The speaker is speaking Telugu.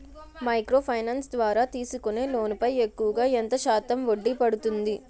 మైక్రో ఫైనాన్స్ ద్వారా తీసుకునే లోన్ పై ఎక్కువుగా ఎంత శాతం వడ్డీ పడుతుంది?